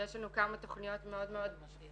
ויש לנו כמה תכניות מאוד מאוד רלוונטיות